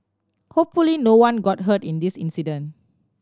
hopefully no one got hurt in this incident